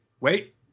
wait